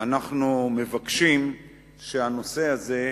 אנחנו מבקשים שהנושא הזה,